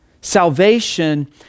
Salvation